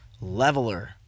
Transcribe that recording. leveler